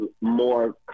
more